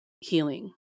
healing